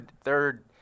third